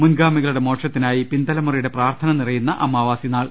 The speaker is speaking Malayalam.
മുൻഗാ മികളുടെ മോക്ഷത്തിനായി പിൻതലമുറയുടെ പ്രാർത്ഥന നിറയുന്ന അമാവാസി നാൾ